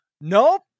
Nope